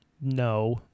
No